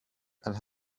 and